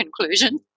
conclusion